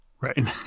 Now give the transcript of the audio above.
Right